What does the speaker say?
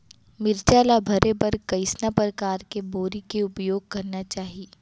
मिरचा ला भरे बर कइसना परकार के बोरी के उपयोग करना चाही?